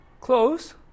Close